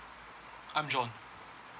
I'm john